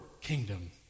kingdom